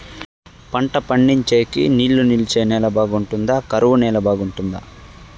పంట పండించేకి నీళ్లు నిలిచే నేల బాగుంటుందా? కరువు నేల బాగుంటుందా?